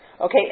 okay